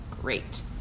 great